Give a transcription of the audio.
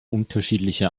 unterschiedliche